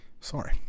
sorry